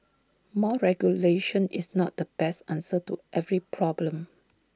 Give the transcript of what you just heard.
more regulation is not the best answer to every problem